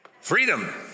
Freedom